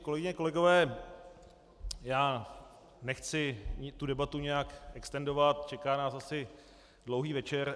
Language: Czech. Kolegyně, kolegové, já nechci tu debatu nějak extendovat, čeká nás asi dlouhý večer.